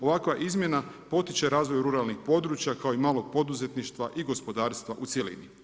Ovakva izmjena potiče razvoj ruralnih područja, kao i malog poduzetništva i gospodarstva u cjelini.